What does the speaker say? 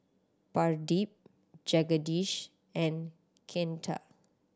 Pradip Jagadish and Ketna